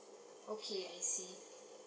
okay I see